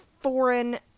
foreign